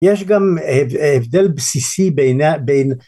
יש גם הבדל בסיסי בין